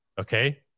okay